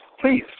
Please